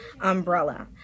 umbrella